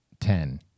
Ten